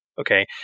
Okay